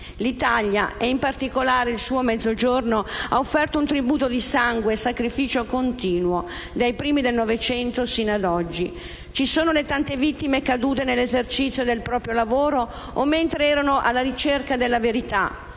L'Italia - in particolare il suo Mezzogiorno - ha offerto un tributo di sangue e sacrificio continuo, dai primi del Novecento sino ad oggi. Ci sono le tante vittime cadute nell'esercizio del proprio lavoro o mentre erano alla ricerca della verità: